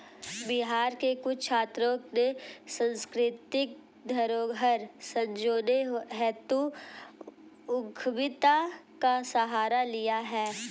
बिहार के कुछ छात्रों ने सांस्कृतिक धरोहर संजोने हेतु उद्यमिता का सहारा लिया है